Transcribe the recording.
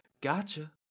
Gotcha